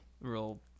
real